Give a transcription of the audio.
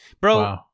Bro